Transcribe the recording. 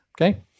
Okay